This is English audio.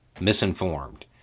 misinformed